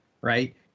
right